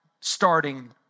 starting